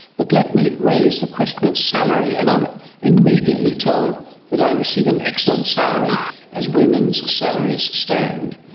but let me raise the question of salary and i'm immediately told that i receive an excellent salary as women's salaries stand.